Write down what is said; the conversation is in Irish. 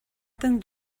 don